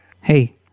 Hey